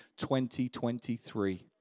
2023